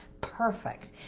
perfect